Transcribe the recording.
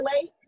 late